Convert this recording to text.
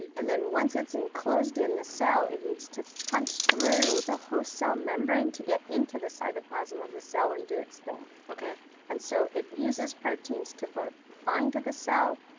and then once it's enclosed in the cell, it needs to punch through the host cell membrane to get into the cytoplasm of the cell and do its thing. and and so it uses proteins to both bind to the cell,